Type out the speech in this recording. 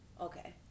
Okay